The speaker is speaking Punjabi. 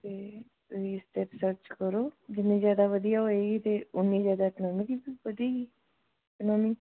ਤੇ ਤੁਸੀਂ ਇਸ 'ਤੇ ਰਿਸਰਚ ਕਰੋ ਜਿੰਨੀ ਜ਼ਿਆਦਾ ਵਧੀਆ ਹੋਏਗੀ ਤੇ ਉੱਨੀ ਜ਼ਿਆਦਾ ਇਕਨੋਮੀ ਵੀ ਵਧੇਗੀ ਇਕਨੋਮੀ